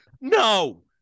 No